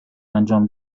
انجام